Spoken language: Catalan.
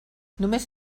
només